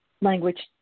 language